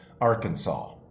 Arkansas